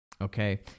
Okay